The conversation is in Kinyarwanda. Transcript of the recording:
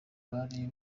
bari